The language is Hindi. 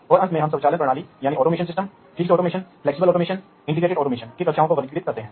तो यह ओएसआई मॉडल के साथ फील्डबस के प्रोटोकॉल मॉडल की तुलना करेगा